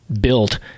built